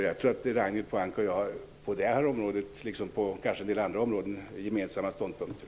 Jag tror att Ragnhild Pohanka och jag på det här området, liksom kanske på en del andra områden, har gemensamma ståndpunkter.